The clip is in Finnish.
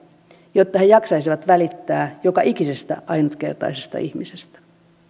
jotta he jaksaisivat välittää joka ikisestä ainutkertaisesta ihmisestä